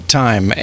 time